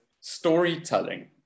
storytelling